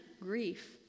grief